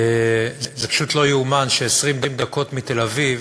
זה פשוט לא יאומן ש-20 דקות מתל-אביב